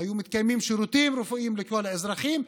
היו מתקיימים שירותים רפואיים לכל האזרחים,